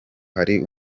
hari